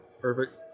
Perfect